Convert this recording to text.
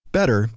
Better